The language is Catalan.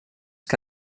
que